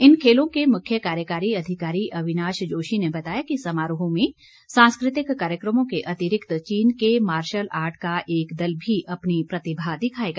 इन खेलों के मुख्य कार्यकारी अधिकारी अविनाश जोशी ने बताया कि समारोह में सांस्कृतिक कार्यक्रमों के अतिरिक्त चीन के मार्शल आर्ट का एक दल भी अपनी प्रतिभा दिखायेगा